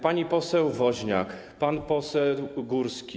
Pani poseł Woźniak, pan poseł Górski.